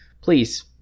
please